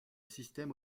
système